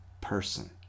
person